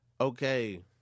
Okay